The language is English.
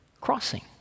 Crossing